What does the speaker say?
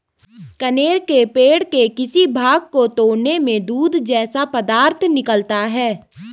कनेर के पेड़ के किसी भाग को तोड़ने में दूध जैसा पदार्थ निकलता है